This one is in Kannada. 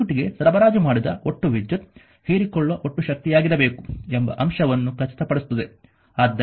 8ಸರ್ಕ್ಯೂಟ್ಗೆ ಸರಬರಾಜು ಮಾಡಿದ ಒಟ್ಟು ವಿದ್ಯುತ್ ಹೀರಿಕೊಳ್ಳುವ ಒಟ್ಟು ಶಕ್ತಿಯಾಗಿರಬೇಕು ಎಂಬ ಅಂಶವನ್ನು ಖಚಿತಪಡಿಸುತ್ತದೆ